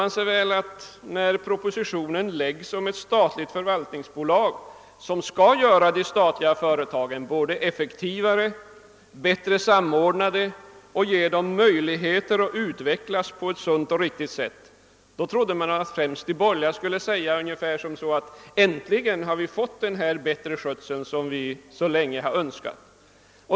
När propositionen om ett statligt förvaltningsbolag, som skall göra de statliga företagen både effektivare och bättre samordnade och ge dem möjligheter att utvecklas på ett sunt och riktigt sätt, framläggs trodde man att de borgerliga skulle säga att de äntligen kommer att få den förbättring som de så länge önskat.